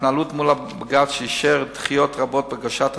והתנהלות מול בג"ץ שאישר דחיות רבות בהגשת הדוח,